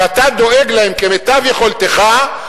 שאתה דואג להם כמיטב יכולתך,